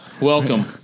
welcome